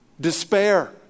despair